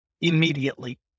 immediately